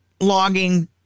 logging